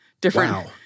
different